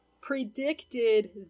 predicted